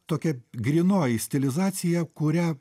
tokia grynoji stilizacija kurią